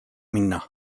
minna